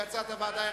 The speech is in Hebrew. כהצעת הוועדה?